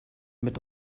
mit